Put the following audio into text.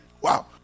Wow